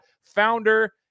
founder